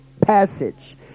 Passage